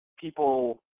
People